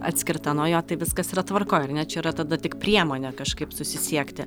atskirta nuo jo tai viskas yra tvarkoj ar ne čia yra tada tik priemonė kažkaip susisiekti